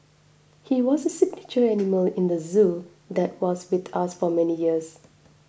he was a signature animal in the zoo that was with us for many years